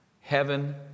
heaven